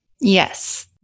Yes